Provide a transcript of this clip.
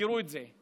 תזכרו את זה.